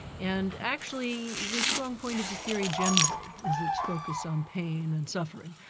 and actually the strong point of the theory generally is its focus on pain and suffering.